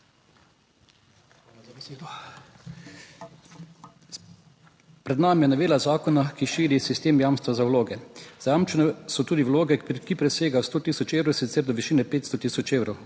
Pred nami je novela zakona, ki širi sistem jamstva za vloge. Zajamčene so tudi vloge, ki presegajo 100 tisoč evrov, in sicer do višine 500 tisoč evrov